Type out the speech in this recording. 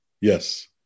yes